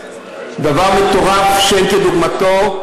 דבר מטורף שאין כדוגמתו.